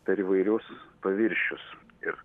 per įvairius paviršius ir